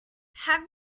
have